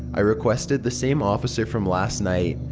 i requested the same officer from last night.